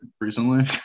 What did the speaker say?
recently